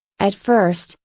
at first,